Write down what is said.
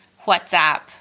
WhatsApp